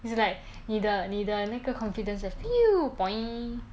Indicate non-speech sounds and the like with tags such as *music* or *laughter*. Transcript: is it like 你的你的那个 confidence *noise*